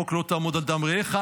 חוק "לא תעמֹד על דם רֵעֶךָ",